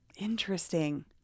Interesting